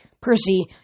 Percy